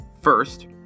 first